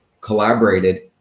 collaborated